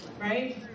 right